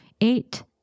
eight